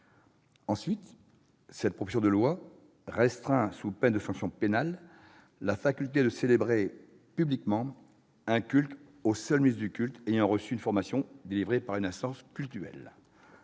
Ensuite, cette proposition de loi vise à restreindre, sous peine de sanctions pénales, l'exercice de la faculté de célébrer publiquement un culte aux seuls ministres du culte ayant reçu une formation délivrée par une instance cultuelle